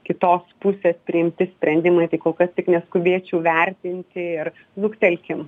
kitos pusės priimti sprendimai tai kol kas tik neskubėčiau vertinti ir luktelkime